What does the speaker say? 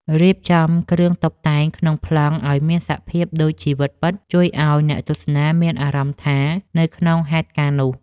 រៀបចំគ្រឿងតុបតែងក្នុងប្លង់ឱ្យមានសភាពដូចជីវិតពិតជួយឱ្យអ្នកទស្សនាមានអារម្មណ៍ថានៅក្នុងហេតុការណ៍នោះ។